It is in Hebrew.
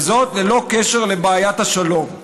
וזאת ללא קשר לבעיית השלום".